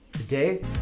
Today